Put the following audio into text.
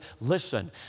listen